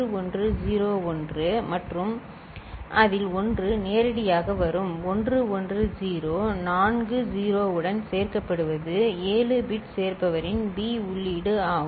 1101 மற்றும் அதில் 1 நேரடியாக வரும் 110 நான்கு 0 உடன் சேர்க்கப்படுவது 7 பிட் சேர்ப்பவரின் பி உள்ளீடு ஆகும்